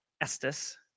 Estes